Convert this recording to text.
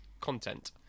content